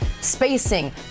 spacing